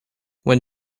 when